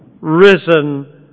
risen